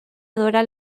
adora